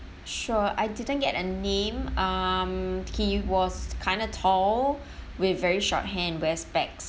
sure I didn't get a name um he was kinda tall with very short hair and wear specs